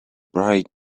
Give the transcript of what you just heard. bright